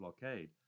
blockade